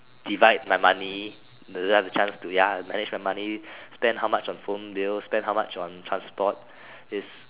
divide my money doesn't have the chance to ya manage my money spend how much on phone bill spend how much on transport is